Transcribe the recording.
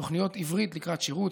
תוכניות עברית לקראת שירות,